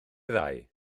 ddau